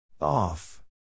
Off